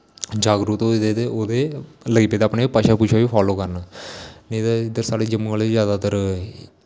जागरुत होए दे ते ओह्दे लग्गी पेदे अपनी भाशा भूशा गी फॉलो करन नेईं ते इद्धर साढ़े जम्मू आह्ले जैदातर